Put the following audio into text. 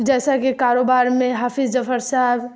جیسا کہ کاروبار میں حافظ ظفر صاحب